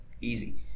Easy